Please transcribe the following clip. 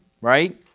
right